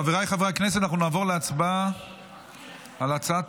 חבריי חברי הכנסת, אנחנו נעבור להצבעה על הצעת